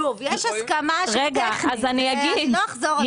שוב, יש הסכמה שהיא טכנית, אני לא אחזור על זה.